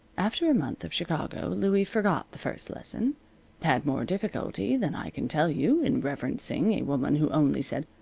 after a month of chicago louie forgot the first lesson had more difficulty than i can tell you in reverencing a woman who only said,